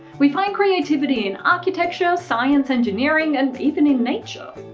we find creativity in architecture, science, engineering and even in nature.